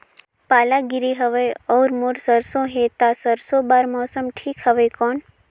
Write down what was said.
पाला गिरे हवय अउर मोर सरसो हे ता सरसो बार मौसम ठीक हवे कौन?